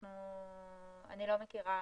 אני לא מכירה.